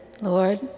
Lord